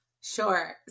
Sure